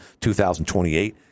2028